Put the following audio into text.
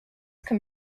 can